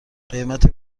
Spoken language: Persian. قیمت